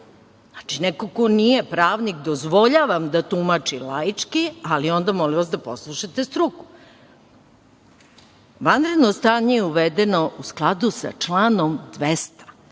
poziva. Neko ko nije pravnik dozvoljavam da tumači laički, ali onda molim vas da poslušate struku. Vanredno stanje je uvedeno u skladu sa članom 200.